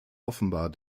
offenbar